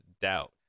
doubt